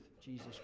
Jesus